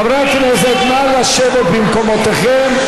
חברי הכנסת, נא לשבת במקומותיכם.